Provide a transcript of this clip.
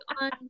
on